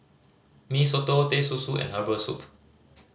Mee Soto Teh Susu and herbal soup